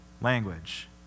language